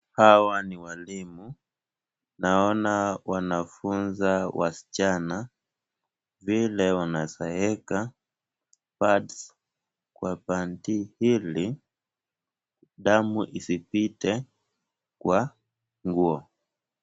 Hawa ni walimu. Naona wanafunza wasichana vile wanaweza weka pads kwa panty ili damu isipite kwa nguo.